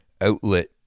outlet